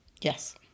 Yes